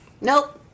Nope